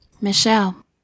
Michelle